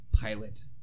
pilot